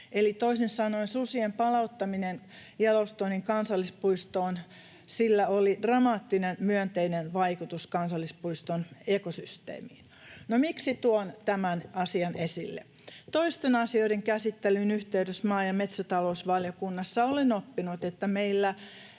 Eli toisin sanoen susien palauttamisella Yellowstonen kansallispuistoon oli dramaattinen myönteinen vaikutus kansallispuiston ekosysteemiin. No miksi tuon tämän asian esille? Toisten asioiden käsittelyn yhteydessä maa- ja metsätalousvaliokunnassa olen oppinut, että meillä